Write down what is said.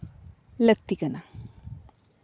ᱞᱟᱹᱠᱛᱤ ᱠᱟᱱᱟ